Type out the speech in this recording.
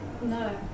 No